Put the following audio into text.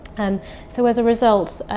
and so as a result,